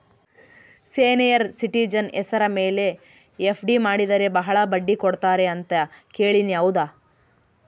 Senior citizen ಹೆಸರ ಮೇಲೆ FD ಮಾಡಿದರೆ ಬಹಳ ಬಡ್ಡಿ ಕೊಡ್ತಾರೆ ಅಂತಾ ಕೇಳಿನಿ ಹೌದಾ?